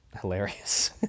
hilarious